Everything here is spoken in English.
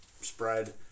spread